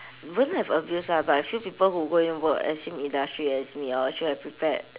won't have abuse lah but I feel people who go and work as same industrial as me hor should have prepared